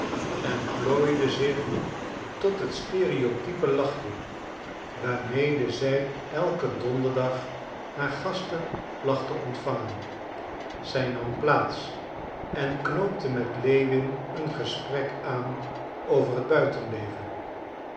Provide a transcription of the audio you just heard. en plooide zich tot het stereotype lachje waarmede zij elken donderdag haar gasten placht te ontvangen zij nam plaats en knoopte met lewin een gesprek aan over het buitenleven